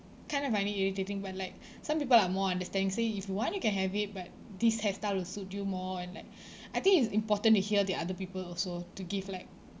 kind of find it irritating but like some people are more understanding say if you want you can have it but this hairstyle will suit you more and like I think it's important to hear the other people also to give like